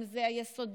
אם זה יסודי,